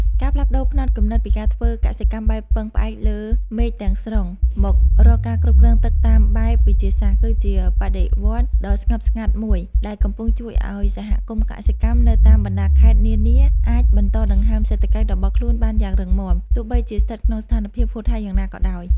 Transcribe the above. ការផ្លាស់ប្តូរផ្នត់គំនិតពីការធ្វើកសិកម្មបែបពឹងផ្អែកលើមេឃទាំងស្រុង មករកការគ្រប់គ្រងទឹកតាមបែបវិទ្យាសាស្ត្រ គឺជាបដិវត្តន៍ដ៏ស្ងប់ស្ងាត់មួយដែលកំពុងជួយឱ្យសហគមន៍កសិកម្មនៅតាមបណ្ដាខេត្តនានាអាចបន្តដង្ហើមសេដ្ឋកិច្ចរបស់ខ្លួនបានយ៉ាងរឹងមាំ ទោះបីជាស្ថិតក្នុងស្ថានភាពហួតហែងយ៉ាងណាក៏ដោយ។